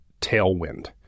tailwind